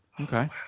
Okay